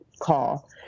call